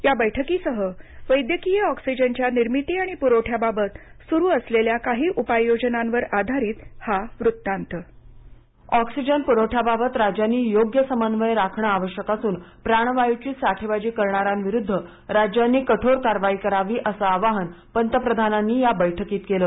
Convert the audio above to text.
या बैठकीसह वैद्यकीय ऑक्सिजनच्या निर्मिती आणि पुरवठ्याबाबत सुरु असलेल्या काही उपाय योजनांवर आधारित हा वृत्तांत स्क्रिप्ट ओंक्सिजन प्रखत्याबाबत राज्यांनी योच्य समन्दय राखणं आवश्यक असून प्राणवायची साठेबाजी करणाऱ्याविरुद्ध राज्यांनी कठोर कारवाई करावी असं आवाहन पंतप्रधानांनी या बैठकीत केलं